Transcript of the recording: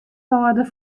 kâlde